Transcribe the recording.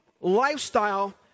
lifestyle